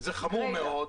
זה חמור מאוד.